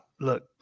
look